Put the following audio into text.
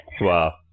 Wow